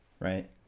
right